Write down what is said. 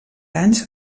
anys